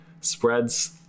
Spreads